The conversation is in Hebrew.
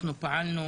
אנחנו פעלנו